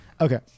Okay